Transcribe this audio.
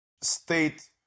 state